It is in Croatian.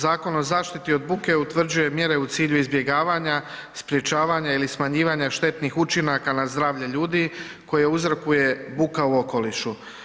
Zakon o zaštiti od buke utvrđuje mjere u cilju izbjegavanja, sprečavanja ili smanjivanja štetnih učinaka na zdravlje ljudi koje uzrokuje buka u okolišu.